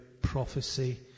prophecy